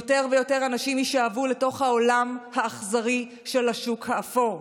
יותר ויותר אנשים יישאבו לתוך העולם האכזרי של השוק האפור,